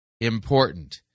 important